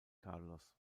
carlos